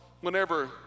whenever